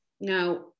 Now